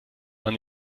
man